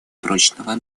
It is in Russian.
прочного